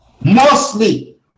Mostly